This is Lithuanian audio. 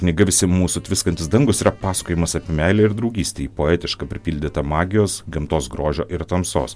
knyga visi mūsų tviskantys dangūs yra pasakojimas apie meilę ir draugystę ji poetiška pripildyta magijos gamtos grožio ir tamsos